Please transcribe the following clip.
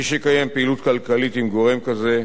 מי שיקיים פעילות כלכלית עם גורם כזה,